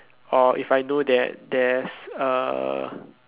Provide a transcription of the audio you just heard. or if I know that there's a